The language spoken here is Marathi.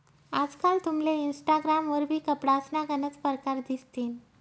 आजकाल तुमले इनस्टाग्राम वरबी कपडासना गनच परकार दिसतीन